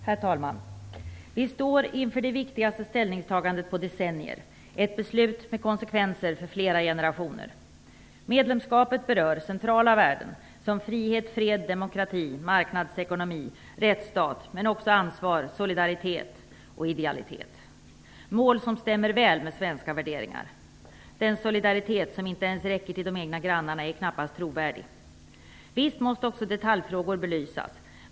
Herr talman! Vi står inför det viktigaste ställningstagandet på decennier, ett beslut med konsekvenser för flera generationer. Medlemskapet berör centrala värden: frihet, fred, demokrati, marknadsekonomi, rättsstat, men också ansvar, solidaritet och idealitet. Det är mål som stämmer väl med svenska värderingar. Den solidaritet som inte ens räcker till de egna grannarna är knappast trovärdig. Visst måste också detaljfrågor belysas.